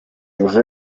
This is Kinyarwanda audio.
jose